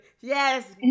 yes